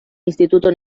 instituto